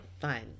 Fine